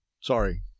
Sorry